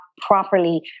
properly